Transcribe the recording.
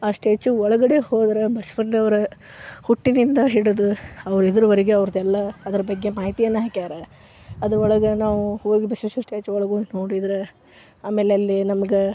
ಆ ಸ್ಟ್ಯಾಚು ಒಳಗಡೆ ಹೋದರೆ ಬಸ್ವಣ್ಣನವ್ರ ಹುಟ್ಟಿನಿಂದ ಹಿಡಿದು ಅವರು ಇದರವರ್ಗೆ ಅವ್ರದೆಲ್ಲಾ ಅದರ ಬಗ್ಗೆ ಮಾಹಿತಿಯನ್ನು ಹಾಕ್ಯಾರೆ ಅದ್ರೊಳಗೆ ನಾವು ಹೋಗಿ ಬಸವೇಶ್ವರ ಸ್ಟ್ಯಾಚು ಒಳಗೆ ಹೋಗಿ ನೋಡಿದರೆ ಆಮೇಲೆ ಅಲ್ಲಿ ನಮ್ಗೆ